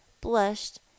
blushed